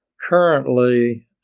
Currently